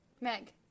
Meg